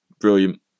brilliant